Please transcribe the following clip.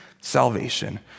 salvation